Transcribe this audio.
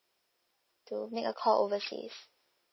to make a call overseas